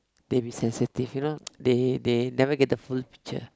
they be sensitive you know they they never get the full picture